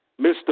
Mr